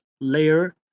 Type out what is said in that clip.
layer